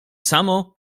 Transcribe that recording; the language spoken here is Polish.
samo